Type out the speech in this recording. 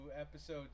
episode